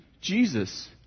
Jesus